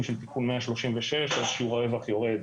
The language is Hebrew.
של תיקון 136 אז שיעור הרווח יורד